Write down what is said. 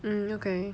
mm okay